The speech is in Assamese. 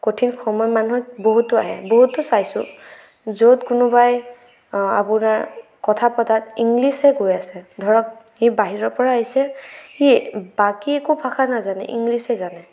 কঠিন সময় মানুহৰ বহুতো আহে বহুতো চাইছোঁ য'ত কোনোবাই আপোনাৰ কথা পতাত ইংলিছেই কৈ আছে ধৰক সি বাহিৰৰ পৰা আহিছে সি বাকী একো ভাষা নাজানে ইংলিছেই জানে